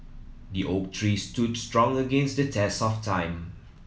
the oak tree stood strong against the test of time